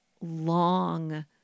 long